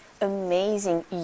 amazing